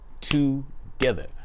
together